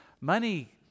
money